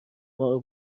مارو